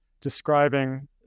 describing